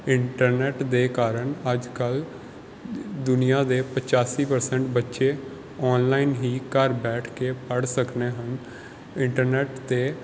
internet ਦੇ ਕਾਰਨ ਅੱਜ ਕੱਲ੍ਹ ਦੁਨੀਆਂ ਦੇ ਪੱਚਾਸੀ ਪਰਸੈਂਟ ਬੱਚੇ ਔਨਲਾਈਨ ਹੀ ਘਰ ਬੈਠ ਕੇ ਪੜ੍ਹ ਸਕਦੇ ਹਨ ਇੰਟਰਨੈੱਟ 'ਤੇ